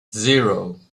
zero